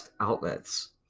outlets